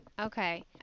Okay